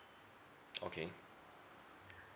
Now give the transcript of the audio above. okay